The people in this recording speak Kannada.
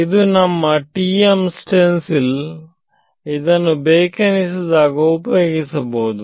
ಇದು ನಮ್ಮ TM ಸ್ಟೆನ್ಸಿಲ್ ಇದನ್ನು ಬೇಕೆನಿಸಿದಾಗ ಉಪಯೋಗಿಸಬಹುದು